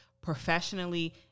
professionally